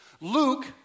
Luke